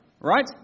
right